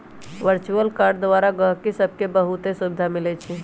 virtual card द्वारा गहकि सभके बहुते सुभिधा मिलइ छै